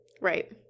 Right